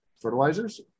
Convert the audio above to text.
fertilizers